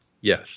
Yes